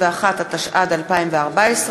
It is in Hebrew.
51), התשע"ד 2014,